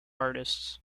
artists